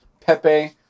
Pepe